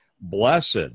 Blessed